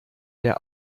der